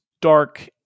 dark